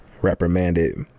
Reprimanded